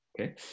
Okay